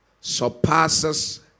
surpasses